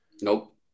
Nope